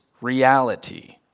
reality